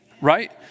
right